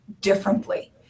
differently